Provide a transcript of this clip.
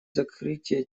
закрытие